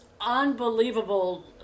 unbelievable